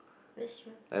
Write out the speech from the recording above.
which shoe